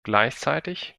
gleichzeitig